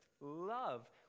love